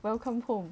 welcome home